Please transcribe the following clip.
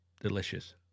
delicious